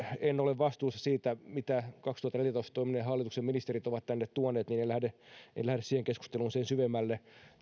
en ole vastuussa siitä mitä kaksituhattaneljätoista toimineen hallituksen ministerit ovat tänne tuoneet en lähde en lähde siihen keskusteluun sen syvemmälle